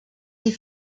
ses